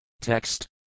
Text